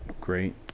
Great